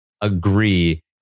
agree